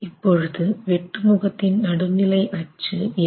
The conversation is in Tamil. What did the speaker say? இப்போது வெட்டுமுகத்தின் நடுநிலை அச்சு என்ன